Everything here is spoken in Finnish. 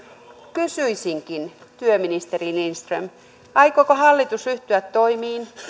kysyisinkin työministeri lindström aikooko hallitus ryhtyä toimiin